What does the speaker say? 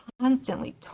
constantly